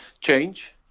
change